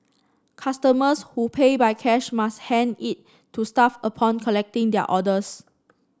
customers who pay by cash must hand it to staff upon collecting their orders